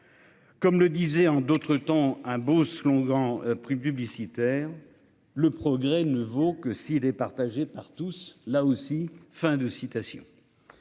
Comme le disait en d'autres temps. Un beau slogan prix publicitaire. Le progrès ne vaut que s'il est partagé par tous,